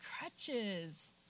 crutches